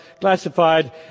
classified